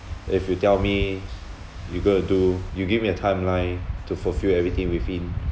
if you tell me you got to do you give me a timeline to fulfill everything within